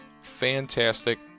fantastic